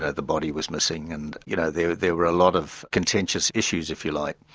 ah the body was missing, and you know there there were a lot of contentious issues, if you like.